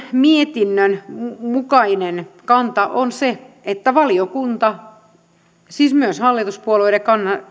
mietinnön mukainen kanta on se että valiokunta tunnustaa siis myös hallituspuolueiden